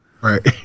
Right